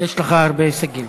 יש לך הרבה הישגים.